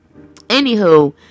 Anywho